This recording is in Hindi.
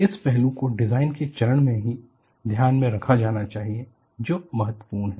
इस पहलू को डिजाइन के चरण में ही ध्यान में रखा जाना चाहिए जो महत्वपूर्ण है